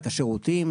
את השירותים,